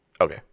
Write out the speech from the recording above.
Okay